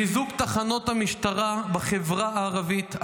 חיזוק תחנות המשטרה בחברה הערבית,